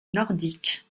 nordique